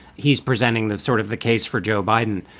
he's presenting the sort of the case for joe biden.